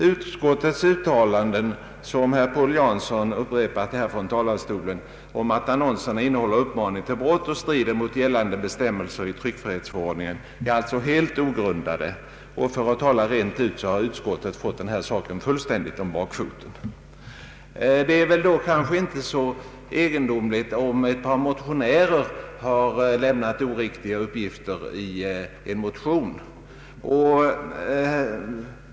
Utskottets uttalanden som herr Paul Jansson upprepat från talarstolen, om att annonserna innebär uppmaning till brott och strider mot gällande bestämmelser i tryckfrihetsförordningen, är alltså helt ogrundade. För att tala rent ut har utskottet fått denna sak fullständigt om bakfoten. När sådant kan hända ett utskott är det väl inte så egendomligt om ett par motionärer lämnar oriktiga uppgifter i en motion.